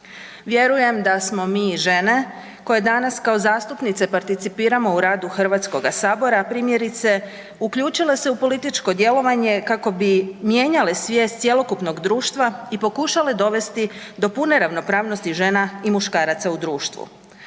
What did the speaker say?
Vjerujem da smo mi žene koje danas kao zastupnice participiramo u radu Hrvatskoga sabora primjerice uključile se u političko djelovanje kako bi mijenjale svijest cjelokupnoga društva i pokušale dovesti do pune ravnopravnosti žena i muškaraca u društvu.